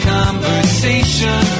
conversation